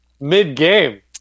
Mid-game